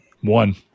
One